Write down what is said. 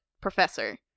professor